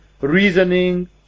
reasoning